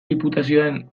diputazioen